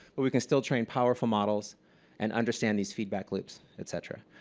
but we can still train powerful models and understand these feedback looks, et cetera.